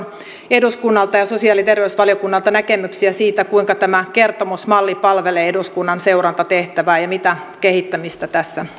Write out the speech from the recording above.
eduskunnalta ja sosiaali ja terveysvaliokunnalta näkemyksiä siitä kuinka tämä kertomusmalli palvelee eduskunnan seurantatehtävää ja mitä kehittämistä tässä